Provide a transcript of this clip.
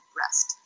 rest